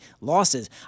losses